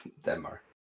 Denmark